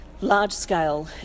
Large-scale